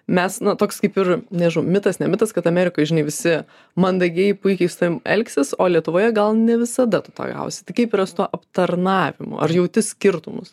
mes na toks kaip ir nežinau mitas ne mitas kad amerikoj žinai visi mandagiai puikiai su tavim elgsis o lietuvoje gal ne visada tu to gausi tai kaip yra su tuo aptarnavimu ar jauti skirtumus